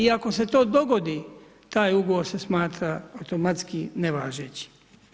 I ako se to dogodi, taj ugovor se smatra automatski nevažeći.